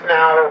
now